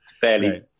fairly